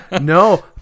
No